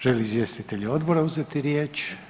Žele li izvjestitelji odbora uzeti riječ?